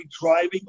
driving